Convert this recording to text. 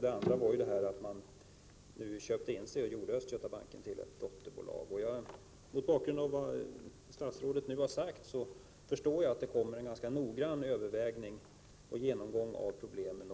I det andra fallet handlade det om att ett företag köpte in sig i Götabanken och gjorde den till ett dotterbolag. Mot bakgrund av vad statsrådet sagt förstår jag att det kommer att ske en ganska noggrann övervägning och genomgång av problemen.